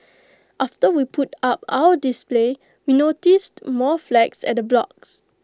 after we put up our display we noticed more flags at the blocks